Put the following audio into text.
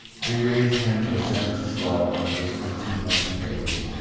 free range hens are sent to slaughter from just eighteen months of age,